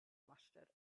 mustard